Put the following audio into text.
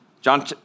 John